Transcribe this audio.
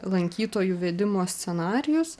lankytojų vedimo scenarijus